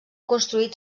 construït